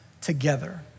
together